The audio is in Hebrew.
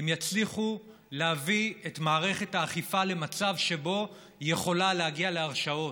הן יצליחו להביא את מערכת האכיפה למצב שבו היא יכולה להגיע להרשעות.